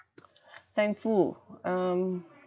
thankful um